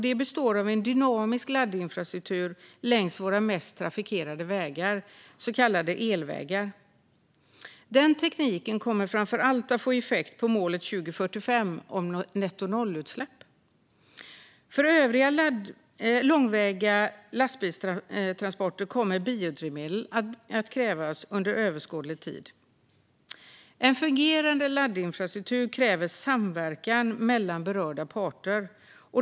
Det består av en dynamisk laddinfrastruktur längs våra mest trafikerade vägar, så kallade elvägar. Den tekniken kommer framför allt att få effekt på målet till 2045 om nettonollutsläpp. För övriga långväga lastbilstransporter kommer biodrivmedel att krävas under överskådlig tid. En fungerande laddinfrastruktur kräver samverkan mellan berörda parter.